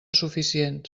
suficients